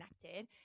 connected